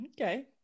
Okay